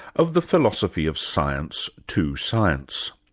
of the philosophy of science to science.